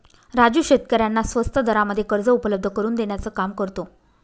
राजू शेतकऱ्यांना स्वस्त दरामध्ये कर्ज उपलब्ध करून देण्याचं काम करतो